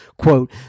quote